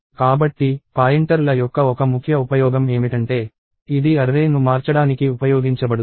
కాబట్టి పాయింటర్ల యొక్క ఒక ముఖ్య ఉపయోగం ఏమిటంటే ఇది అర్రే ను మార్చడానికి ఉపయోగించబడుతుంది